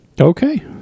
Okay